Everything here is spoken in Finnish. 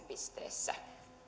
pisteessä